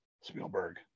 Spielberg